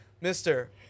mister